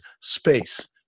space